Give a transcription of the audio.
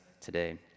today